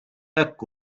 hekk